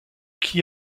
qui